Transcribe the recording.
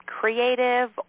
creative